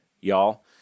y'all